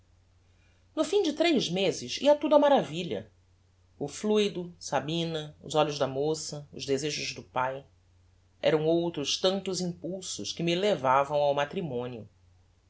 no fim de tres mezes ia tudo á maravilha o fluido sabina os olhos da moça os desejos do pae eram outros tantos impulsos que me levavam ao matrimonio